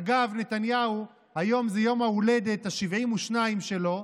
אגב, נתניהו, היום זה יום ההולדת ה-72 שלו,